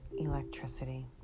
electricity